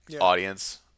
audience